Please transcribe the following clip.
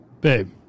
Babe